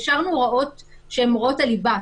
השארנו הוראות שהן הוראות הליבה,